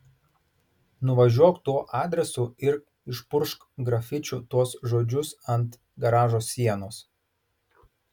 nuvažiuok tuo adresu ir išpurkšk grafičiu tuos žodžius ant garažo sienos